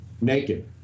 naked